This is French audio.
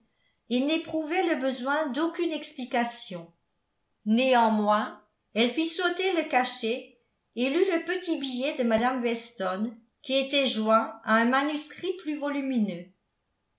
et n'éprouvait le besoin d'aucune explication néanmoins elle fit sauter le cachet et lut le petit billet de mme weston qui était joint à un manuscrit plus volumineux